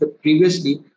previously